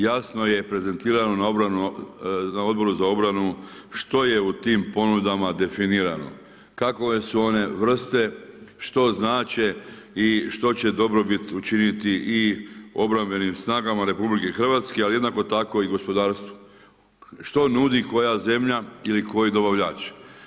Jasno je prezentirano na Odboru za obranu što je u tim ponudama definirano, kakve su one vrste, što znače i što će dobrobit učiniti i obrambenim snagama RH, ali jednako tako i gospodarstvo, što nudi koja zemlja ili koji dobavljač.